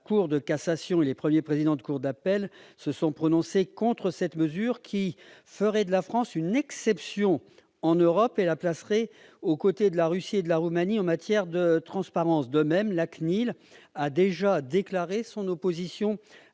la Cour de cassation et les premiers présidents de cour d'appel se sont prononcés contre cette mesure, qui ferait de la France une exception en Europe, la plaçant aux côtés de la Russie et de la Roumanie en matière de transparence. En outre, la Commission